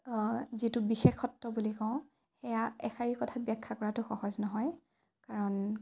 যিটো বিশেষত্ব বুলি কওঁ এয়া এষাৰী কথাত ব্যাখ্যা কৰাটো সহজ নহয় কাৰণ